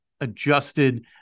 adjusted